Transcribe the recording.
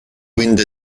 wind